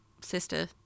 sister